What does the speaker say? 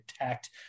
attacked